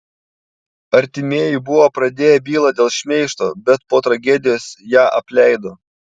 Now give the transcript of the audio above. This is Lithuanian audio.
artimieji buvo pradėję bylą dėl šmeižto bet po tragedijos ją apleido